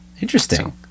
interesting